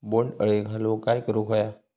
बोंड अळी घालवूक काय करू व्हया?